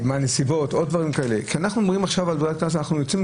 הנסיבות ועוד דברים כאלה כי אנחנו יוצאים מנקודת הנחה